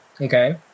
Okay